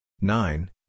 nine